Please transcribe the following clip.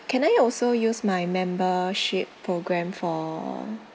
can I also use my membership programme for